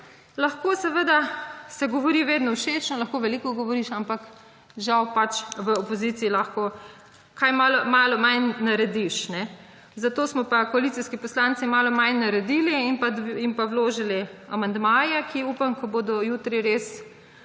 lahko seveda se govori vedno všečno, lahko veliko govoriš, ampak žal v opoziciji lahko kaj malo manj narediš. Zato smo koalicijski poslanci malo manj naredili in pa vložili amandmaje, ki upam, ko bodo jutri res